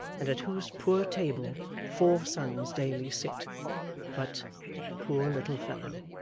and at whose poor table four sons daily sit but poor little fellow!